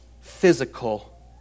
physical